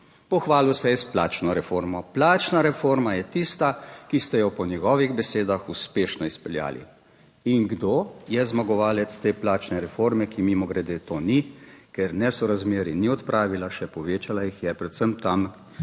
Pohvalil se je s plačno reformo, plačna reforma je tista, ki ste jo po njegovih besedah uspešno izpeljali. In kdo je zmagovalec te plačne reforme, ki mimogrede to ni, ker nesorazmerij ni odpravila, še povečala jih je predvsem tam,